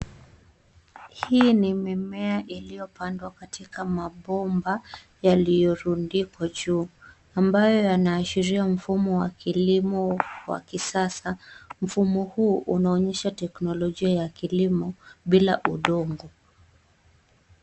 Hii ni mimea iliyopandwa katika mabomba yaliyorundikwa juu ambayo inaashiria mfumo wa kilimo wa kisasa. Mfumo huu unaonyesha teknolojia ya kilimo bila udongo.